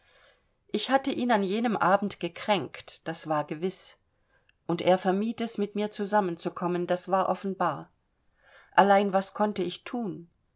ich hatte ihn an jenem abend gekränkt das war gewiß und er vermied es mit mir zusammenzukommen das war offenbar allein was konnte ich thun